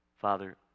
Father